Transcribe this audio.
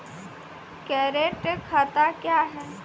Current खाता क्या हैं?